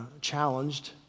challenged